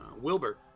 Wilbur